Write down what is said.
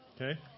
Okay